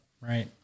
Right